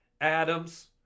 Adams